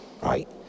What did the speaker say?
right